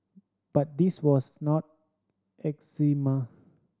but this was not eczema